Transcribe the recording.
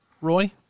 Roy